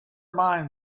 mind